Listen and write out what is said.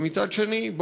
ומצד שני,